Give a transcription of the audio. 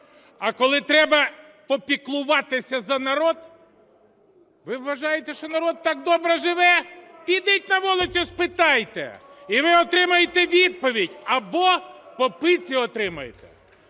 а коли треба попіклуватися за народ… Ви вважаєте, що народ так добре живе? Підіть на вулицю спитайте - і ви отримаєте відповідь або по пиці отримаєте.